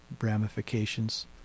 ramifications